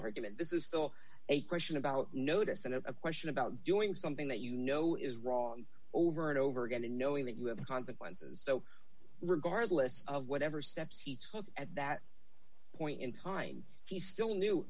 argument this is still a question about notice and a question about doing something that you know is wrong over and over again and knowing that you have consequences so regardless of whatever steps he took at that point in time he still knew